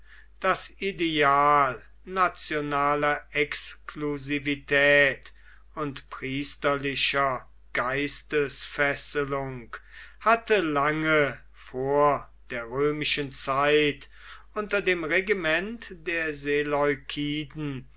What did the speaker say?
das ideal nationaler exklusivität und priesterlicher geistesfesselung hatte lange vor der römischen zeit unter dem regiment der